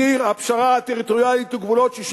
ציר הפשרה הטריטוריאלית הוא גבולות 67'